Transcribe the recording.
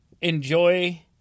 enjoy